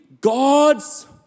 God's